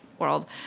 world